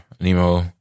Nemo